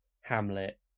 Hamlet